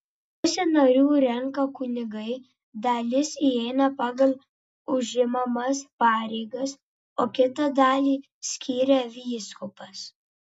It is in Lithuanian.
pusę narių renka kunigai dalis įeina pagal užimamas pareigas o kitą dalį skiria vyskupas